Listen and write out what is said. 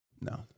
No